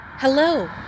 Hello